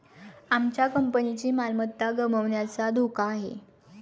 आमच्या कंपनीची मालमत्ता गमावण्याचा धोका आहे